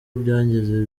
byagenze